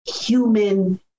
human